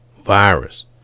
virus